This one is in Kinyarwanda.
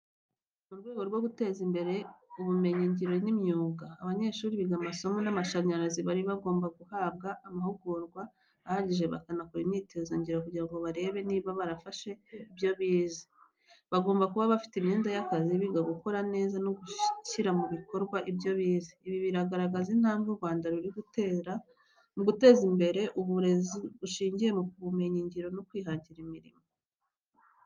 Mu rwego rwo guteza imbere ubumenyi ngiro n’imyuga, abanyeshuri biga amasomo y’amashanyarazi bari bagomba guhabwa amahugurwa ahagije bakanakora imyitozo ngiro kugira ngo barebe niba barafashe ibyo bize. Bagomba kuba bafite imyenda y’akazi, biga gukora neza no gushyira mu bikorwa ibyo bize. Ibi bigaragaza intambwe u Rwanda ruri gutera mu guteza imbere uburezi bushingiye ku bumenyi ngiro no kwihangira imirimo.